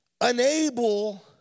unable